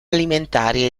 alimentari